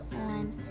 on